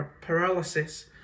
paralysis